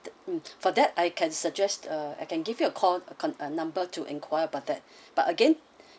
mm for that I can suggest uh I can give you a call a number to inquire about that but again